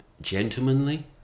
gentlemanly